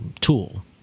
tool